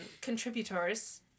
contributors